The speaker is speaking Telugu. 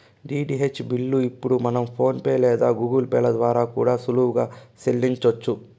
డీటీహెచ్ బిల్లు ఇప్పుడు మనం ఫోన్ పే లేదా గూగుల్ పే ల ద్వారా కూడా సులువుగా సెల్లించొచ్చు